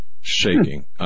shaking